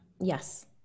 Yes